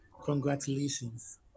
Congratulations